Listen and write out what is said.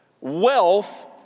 Wealth